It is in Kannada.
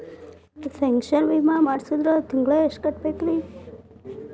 ಪೆನ್ಶನ್ ವಿಮಾ ಮಾಡ್ಸಿದ್ರ ತಿಂಗಳ ಎಷ್ಟು ಕಟ್ಬೇಕ್ರಿ?